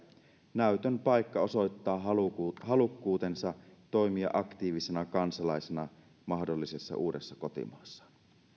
näytön paikka osoittaa halukkuutensa halukkuutensa toimia aktiivisena kansalaisena mahdollisessa uudessa kotimaassa